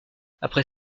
après